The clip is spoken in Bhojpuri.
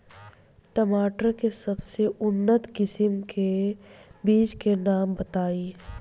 टमाटर के सबसे उन्नत किस्म के बिज के नाम बताई?